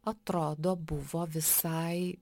atrodo buvo visai